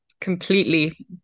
completely